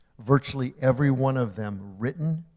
virtually every one of them written,